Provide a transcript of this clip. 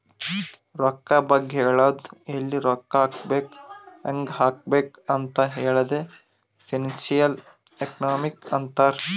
ರೊಕ್ಕಾ ಬಗ್ಗೆ ಹೇಳದು ಎಲ್ಲಿ ರೊಕ್ಕಾ ಹಾಕಬೇಕ ಹ್ಯಾಂಗ್ ಹಾಕಬೇಕ್ ಅಂತ್ ಹೇಳದೆ ಫೈನಾನ್ಸಿಯಲ್ ಎಕನಾಮಿಕ್ಸ್ ಅಂತಾರ್